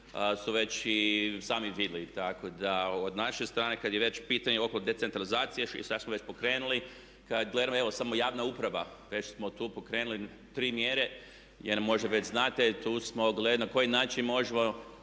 su već i samim time i tako da od naše strane kad je već pitanje oko decentralizacije sad smo već pokrenuli, barem evo samo javna uprava, već smo tu pokrenuli tri mjere, jer možda već znate, tu smo gledali na koji način možemo